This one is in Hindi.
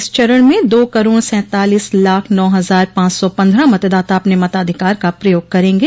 इस चरण में दो करोड़ सैंतालीस लाख नौ हज़ार पांच सौ पन्द्रह मतदाता अपने मताधिकार का प्रयोग करेंगे